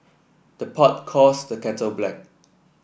the pot calls the kettle black